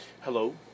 Hello